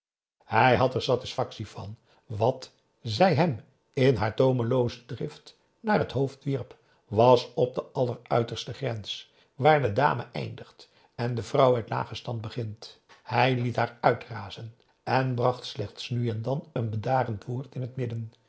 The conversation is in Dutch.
hij had er satisfactie van want wat zij hem in haar toomelooze drift naar het hoofd wierp was op de alleruiterste grens waar de dame eindigt en de vrouw uit lagen stand begint hij liet haar uitrazen en bracht slechts nu en dan een bedarend woord in het midden